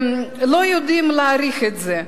לא יודעים להעריך את זה,